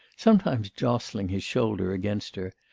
sometimes jostling his shoulder against her,